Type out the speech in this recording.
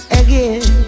again